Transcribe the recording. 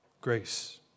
grace